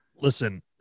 listen